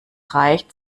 reicht